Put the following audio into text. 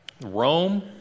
Rome